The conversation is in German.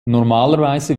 normalerweise